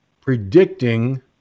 predicting